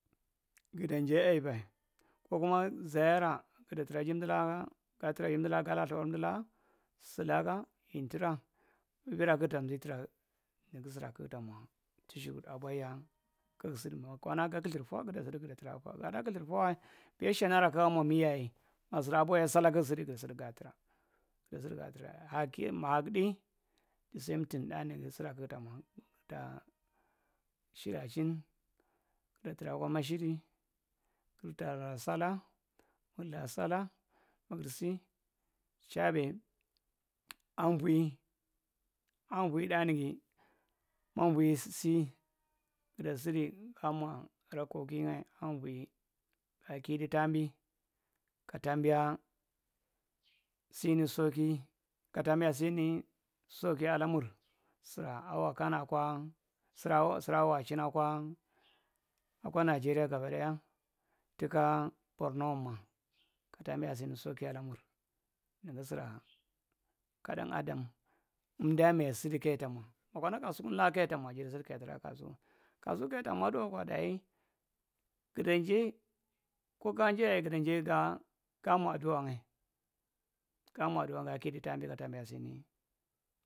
Gudan’njae aiva kokuma ziara guda tra jim’dulaka ga traa jimdulaka gala ithawa emdulaka sulak emtra evi- ra kugtan titra nigi tisiraa kogta’mwa tishukudu abwahiya kug- sidi mwakwana ga kathir fwa guda sidi guda traakwa gadaa kothir fwa guda sidi guda traakwa gadaa kathir fwa’wae biya shan’nya ra kugae mwa mi yaye abwahiya salaa gi sidi gaa’tra gi sidi gaa’traya ma hag’tdi di- sam’ting tdaa nigi niigi tiu siraa kugtamwa gutaa shiraa chin guda tra’kwa mashidi gurtalaa salaa mugrlaa salaa mugur sir chaabe amvwi’i amvwi’i tda nigi ma avwi sie guda sidi gaamwa rakoki’nyae amvwi gida kiedu taambi kata’ambiya sini soki ka taambiya sini soki alamur siraa aa wakaana’kwa sira siraa wachinaa’kwa akwa nigeria gaba daya tukaa borno owmwa ka taambiya sini sauki alamur nigi ka suraa ka dang’adam emdae maya sudi koya ta mwa ma kwona kasukunla kaya ta mwa jada sidi kaya turaa kwa kasuku kasuku zaya ta mwa duwa kwa dayi gudan’njae ko gaa’njae yayae dadan njae gaa mwa aduwa. ngae gaa mwa aduwa gaa kidu taambiya sini.